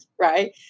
right